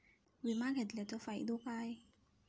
विमा घेतल्याचो फाईदो काय?